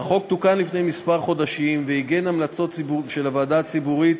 החוק תוקן לפני כמה חודשים ועיגן המלצות של הוועדה הציבורית,